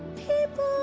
people